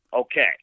Okay